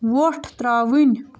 وۄٹھ ترٛاوٕنۍ